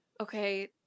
okay